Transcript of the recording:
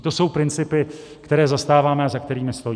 To jsou principy, které zastáváme a za kterými stojíme.